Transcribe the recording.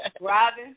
Robin